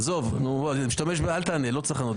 עזוב, אל תענה, לא צריך לענות.